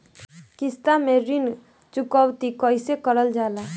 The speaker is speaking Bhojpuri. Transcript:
किश्त में ऋण चुकौती कईसे करल जाला?